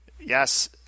Yes